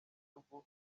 bitugu